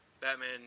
Batman